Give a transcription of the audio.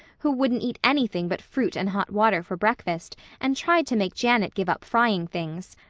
who wouldn't eat anything but fruit and hot water for breakfast and tried to make janet give up frying things.